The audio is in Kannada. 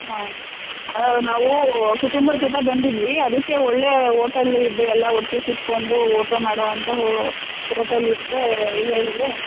ಹಾಂ ಅಲ್ಲಲ್ಲ ನಾವು ಕುಟುಂಬದ ಜೊತೆ ಬಂದಿದ್ವಿ ಅದಕ್ಕೆ ಒಳ್ಳೆಯ ಓಟೆಲ್ಲು ಇದ್ದರೆ ಎಲ್ಲ ಒಟ್ಟಿಗೆ ಕೂತ್ಕೊಂಡು ಊಟ ಮಾಡುವಂತಹ ಹೋಟೆಲ್ ಇದ್ದರೇ ಹೇಳಿದ್ದರೆ